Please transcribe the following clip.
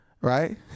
right